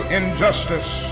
injustice